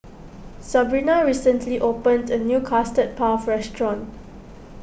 Sabrina recently opened a new Custard Puff restaurant